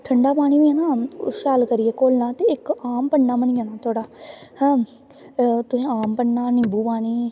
ठंडा पानी पाना ते ओह् शैल करियै घोलना ते इक आमपन्ना बनी जाना तोआड़ा ते तुसैं आम पन्ना निम्बू पानी